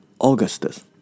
Augustus